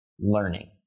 learning